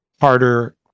harder